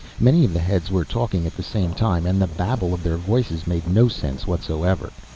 many of the heads were talking at the same time and the babble of their voices made no sense whatsoever.